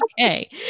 okay